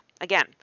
again